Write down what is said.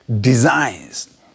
designs